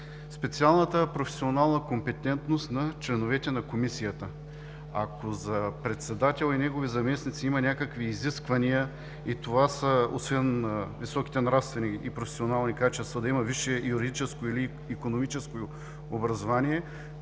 специалната професионална компетентност на членовете на Комисията. Ако за председател и неговите заместници има някакви изисквания и това са освен високите нравствени и професионални качества, да има висше юридическо или икономическо образование,